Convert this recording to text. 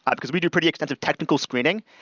ah because we do pretty extensive technical screening,